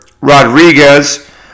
Rodriguez